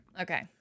Okay